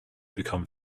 become